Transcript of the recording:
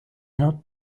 not